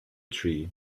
tree